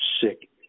sick